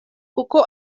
kuko